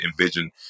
envision